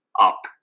up